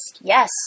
Yes